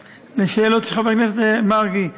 לשאלות של חבר הכנסת מרגי,